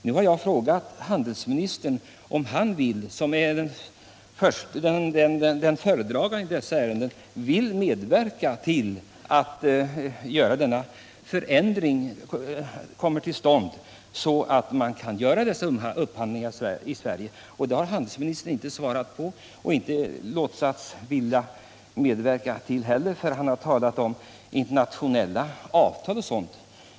Nu har jag frågat handelsministern om han som föredragande i dessa ärenden vill medverka till att en sådan förändring kommer till stånd att man kan göra dessa upphandlingar i Sverige. Handelsministern har inte svarat på om han vill medverka till detta. I stället har han talat om internationella avtal.